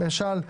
למשל,